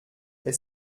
est